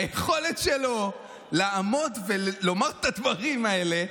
היכולת שלו לעמוד ולומר את הדברים האלה,